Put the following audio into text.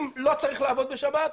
אם לא צריך לעבוד בשבת,